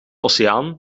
oceaan